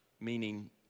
meaning